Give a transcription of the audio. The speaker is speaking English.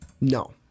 No